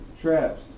traps